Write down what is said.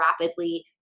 rapidly